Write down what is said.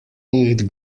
nicht